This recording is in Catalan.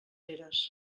eres